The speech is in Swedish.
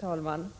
Herr talman!